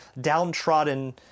downtrodden